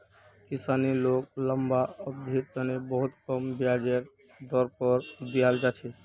किसानी लोन लम्बा अवधिर तने बहुत कम ब्याजेर दर पर दीयाल जा छे